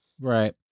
Right